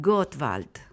Gottwald